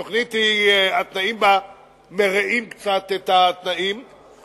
התוכנית, התנאים בה מרעים קצת את התנאים, אתם